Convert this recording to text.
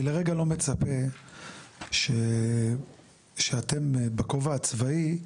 אני לרגע לא מצפה שאתם, בכובע הצבאי,